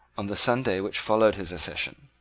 on the sunday which followed his accession,